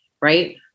right